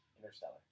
Interstellar